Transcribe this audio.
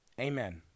Amen